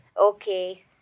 Okay